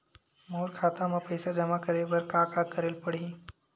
मोर खाता म पईसा जमा करे बर का का करे ल पड़हि?